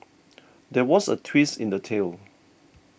there was a twist in the tale